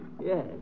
Yes